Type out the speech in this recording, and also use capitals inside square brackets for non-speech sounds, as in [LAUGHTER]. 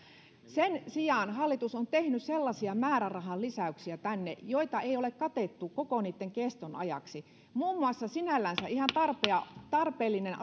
sen sijaan hallitus on tehnyt tänne sellaisia määrärahalisäyksiä joita ei ole katettu koko niitten keston ajaksi muun muassa sinällään ihan tarpeellinen [UNINTELLIGIBLE]